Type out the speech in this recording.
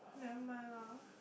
neh mind lah